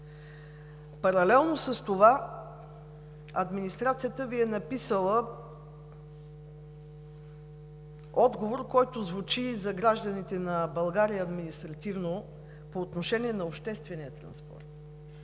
Паралелно с това администрацията Ви е написала отговор, който звучи за гражданите на България административно по отношение на обществения транспорт.